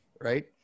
right